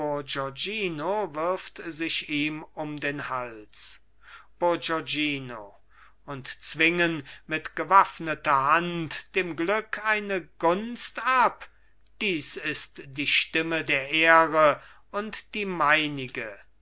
wirft sich ihm um den hals bourgognino und zwingen mit gewaffneter hand dem glück eine gunst ab das ist die stimme der ehre und die meinige